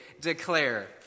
declare